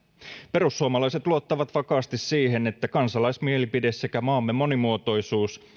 perussuomalaiset luottavat vakaasti siihen että kansalaismielipide sekä maamme monimuotoisuus